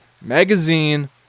Magazine